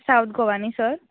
south Goa न्ही sir